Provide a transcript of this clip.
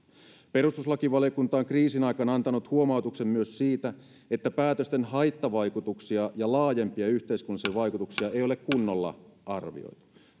perustuslakivaliokunta on kriisin aikana antanut huomautuksen myös siitä että päätösten haittavaikutuksia ja laajempia yhteiskunnallisia vaikutuksia ei ole kunnolla arvioitu